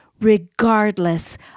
regardless